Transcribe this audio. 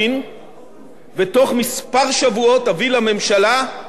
ובתוך כמה שבועות אביא לממשלה ולכנסת